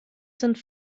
sind